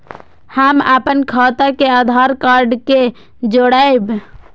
हम अपन खाता के आधार कार्ड के जोरैब?